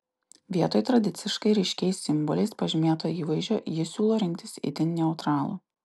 vietoj tradiciškai ryškiais simboliais pažymėto įvaizdžio ji siūlo rinktis itin neutralų